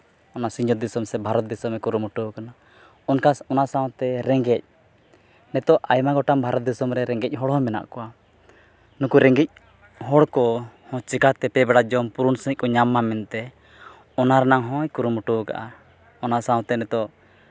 ᱚᱱᱟ ᱥᱤᱧᱚᱛ ᱫᱤᱥᱚᱢ ᱥᱮ ᱵᱷᱟᱨᱚᱛ ᱫᱤᱥᱚᱢᱮ ᱠᱩᱨᱩᱢᱩᱴᱩᱣᱟᱠᱟᱱᱟ ᱚᱱᱠᱟ ᱚᱱᱟ ᱥᱟᱶᱛᱮ ᱨᱮᱸᱜᱮᱡᱽ ᱱᱤᱛᱳᱜ ᱟᱭᱢᱟ ᱜᱚᱴᱟᱝ ᱵᱷᱟᱨᱚᱛ ᱫᱤᱥᱚᱢ ᱨᱮ ᱨᱮᱸᱜᱮᱡᱽ ᱦᱚᱲ ᱦᱚᱸ ᱢᱮᱱᱟᱜ ᱠᱚᱣᱟ ᱱᱩᱠᱩ ᱨᱮᱸᱜᱮᱡᱽ ᱦᱚᱲ ᱠᱚᱦᱚᱸ ᱪᱤᱠᱟᱹᱛᱮ ᱯᱮ ᱵᱮᱲᱟ ᱡᱚᱢ ᱯᱩᱨᱩᱱ ᱥᱟᱺᱦᱤᱡᱽ ᱠᱚ ᱧᱟᱢ ᱢᱟ ᱢᱮᱱᱛᱮ ᱚᱱᱟ ᱨᱮᱱᱟᱝ ᱦᱚᱸᱭ ᱠᱩᱨᱩᱢᱩᱴᱩᱣᱟᱠᱟᱜᱼᱟ ᱚᱱᱟ ᱥᱟᱶᱛᱮ ᱱᱤᱛᱳᱜ